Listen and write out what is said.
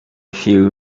few